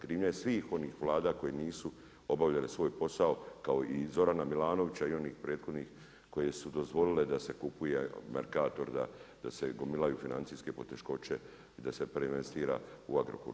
Krivnja je svih onih Vlada koje nisu obavljale svoj posao kao i Zorana Milanovića i onih prethodnih koje su dozvolile da se kupuje Mercator, da se gomilaju financijske poteškoće i da se preinvestira u Agrokor.